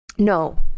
No